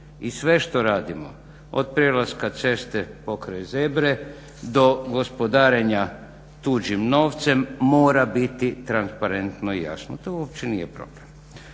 i sve što radimo od prelaska ceste pokraj zebre do gospodarenja tuđim novcem mora biti transparentno i jasno. To uopće nije problem.